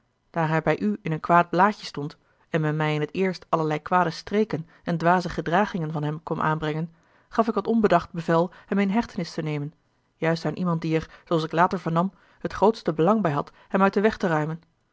daar hij bij u in een kwaad blaadje stond en men mij in t eerst allerlei kwade streken en dwaze gedragingen van hem kwam aanbrengen gaf ik wat onbedacht bevel hem in hechtenis te nemen juist aan iemand die er zooals ik later vernam het grootste belang bij had hem uit den weg te ruimen